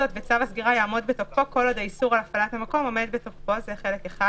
הסגירה ימשיך בתוקפו כל עוד האיסור על הפתיחה עדיין קיים.